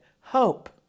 hope